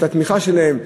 את התמיכה שלהם,